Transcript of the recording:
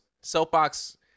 Soapbox